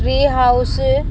tree house